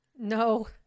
No